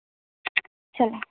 ଚାଲ